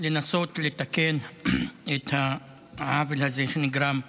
לנסות לתקן את העוול הזה שנגרם לאנשים.